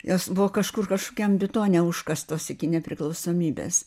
jos buvo kažkur kažkokiam betone užkastos iki nepriklausomybės